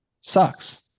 sucks